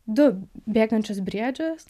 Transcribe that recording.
du bėgančius briedžius